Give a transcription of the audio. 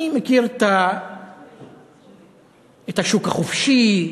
אני מכיר את השוק החופשי,